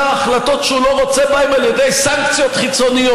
החלטות שהוא לא רוצה בהן על ידי סנקציות חיצוניות.